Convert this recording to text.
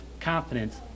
confidence